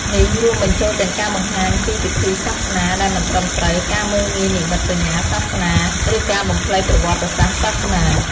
នេះរួមបញ្ចូលទាំងការបង្ហាញពីពិធីសាសនាដែលមិនត្រឹមត្រូវ ការមើលងាយនិមិត្តសញ្ញាសាសនា ឬការបំភ្លៃប្រវត្តិសាស្ត្រសាសនា។